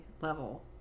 level